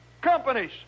companies